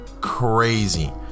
crazy